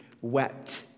wept